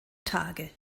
tage